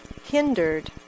hindered